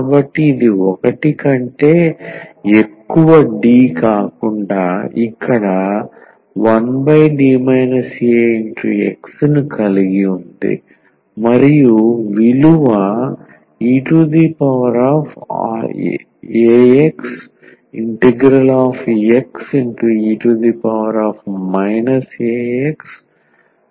కాబట్టి ఇది 1 కంటే ఎక్కువ D కాకుండా ఇక్కడ 1D aX ను కలిగి ఉంది మరియు విలువ eaxXe axdx